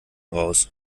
raus